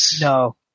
No